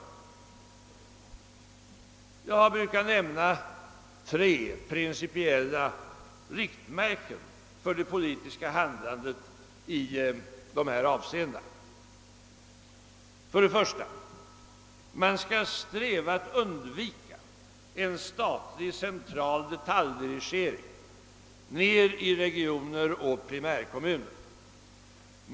Jag brukar nämna tre principiella riktmärken för det politiska handlandet i dessa avseenden. För det första: Man skall sträva att undvika en statlig, central detaljdirigering ned i regioner och primärkommuner.